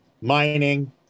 mining